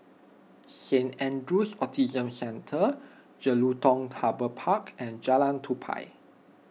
Saint andrew's Autism Centre Jelutung Harbour Park and Jalan Tupai